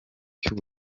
cy’u